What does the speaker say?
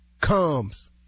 comes